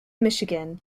michigan